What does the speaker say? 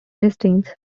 listings